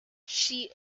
she